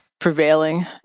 Prevailing